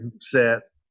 sets